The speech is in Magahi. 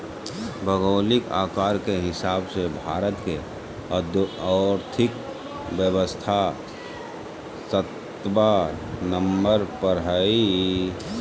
भौगोलिक आकार के हिसाब से भारत के और्थिक व्यवस्था सत्बा नंबर पर हइ